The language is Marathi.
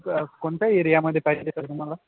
क कोणत्या एरियामध्ये पाहिजे ता तुम्हाला